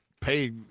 pay